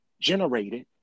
generated